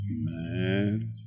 Man